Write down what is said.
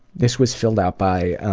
this was filled out by